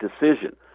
decision